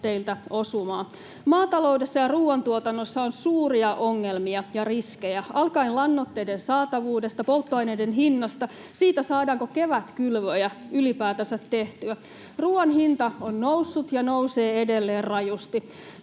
teiltä osumaa. Maataloudessa ja ruoantuotannossa on suuria ongelmia ja riskejä alkaen lannoitteiden saatavuudesta, polttoaineiden hinnasta, siitä, saadaanko kevätkylvöjä ylipäätänsä tehtyä. Ruoan hinta on noussut ja nousee edelleen rajusti.